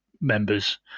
Members